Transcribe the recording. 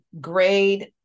grade